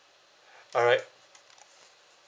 alright